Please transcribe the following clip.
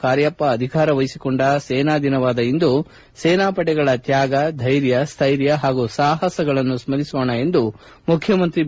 ಕಾರ್ಯಪ್ಪ ಅಧಿಕಾರ ವಹಿಸಿಕೊಂಡ ಸೇನಾ ದಿನವಾದ ಇಂದು ಸೇನಾ ಪಡೆಗಳ ತ್ಯಾಗ ಧೈರ್ಯ ಸ್ಟೈರ್ಯ ಹಾಗೂ ಸಾಹಸಗಳನ್ನು ಸ್ಥಿಸೋಣ ಎಂದು ಮುಖ್ಯಮಂತ್ರಿ ಬಿ